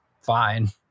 fine